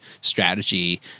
strategy